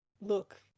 look